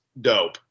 dope